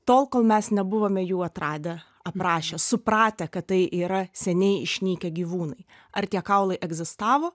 tol kol mes nebuvome jų atradę aprašę supratę kad tai yra seniai išnykę gyvūnai ar tie kaulai egzistavo